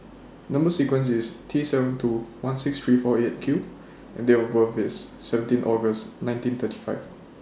Number sequence IS T seven two one six three four eight Q and Date of birth IS seventeen August nineteen thirty five